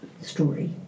story